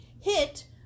hit